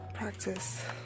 practice